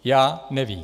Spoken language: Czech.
Já nevím.